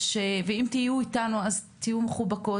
אם תהיו איתנו אז תהיו מחובקות,